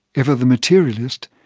ever the materialist,